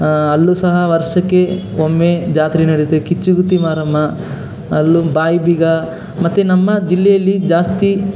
ಅಲ್ಲೂ ಸಹ ವರ್ಷಕ್ಕೆ ಒಮ್ಮೆ ಜಾತ್ರೆ ನಡೆಯುತ್ತೆ ಕಿಚ್ಚುಗುತ್ತಿ ಮಾರಮ್ಮ ಅಲ್ಲೂ ಬಾಯಿ ಬೀಗ ಮತ್ತು ನಮ್ಮ ಜಿಲ್ಲೆಯಲ್ಲಿ ಜಾಸ್ತಿ